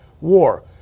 war